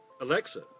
Alexa